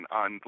on